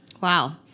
Wow